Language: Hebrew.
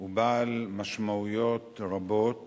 הוא בעל משמעויות רבות